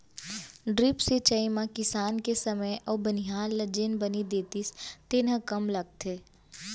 drip सिंचई म किसान के समे अउ बनिहार ल जेन बनी देतिस तेन ह कम लगथे